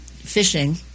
fishing